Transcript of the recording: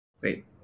wait